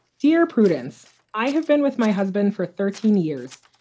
dear prudence. i have been with my husband for thirteen years.